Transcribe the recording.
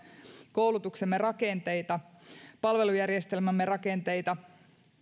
koulutuksemme rakenteita palvelujärjestelmämme rakenteita